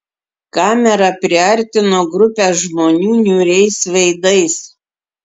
kamera priartino grupę žmonių niūriais veidais